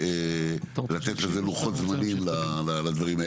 לתת לזה לוחות זמנים לדברים האלה.